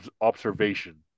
observation